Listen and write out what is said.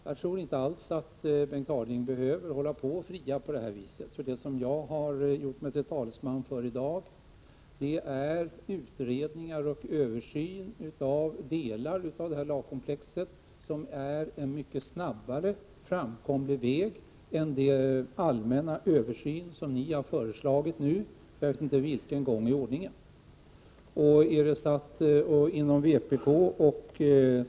Jag tror inte alls att Bengt Harding Olson behöver fria på det viset, för det som jag har gjort mig till talesman för i dag är just utredningar och översyn av delar av detta lagkomplex, vilket är en mycket snabbare framkomlig väg än den allmänna översyn som ni har föreslagit, för jag vet inte vilken gång i ordningen.